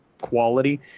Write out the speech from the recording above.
quality